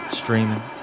streaming